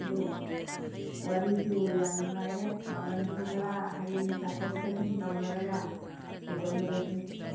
ꯑꯗꯨ ꯋꯥꯔꯤꯁꯨ ꯌꯥꯝ ꯅꯨꯡꯉꯥꯏꯔꯦ ꯃꯃꯜꯁꯨ ꯈꯔ ꯍꯌꯦꯡ ꯇꯥꯊꯣꯛ ꯇꯥꯁꯤꯟ ꯇꯧꯅꯔꯒ ꯀꯩꯗꯧꯅꯔꯁꯤ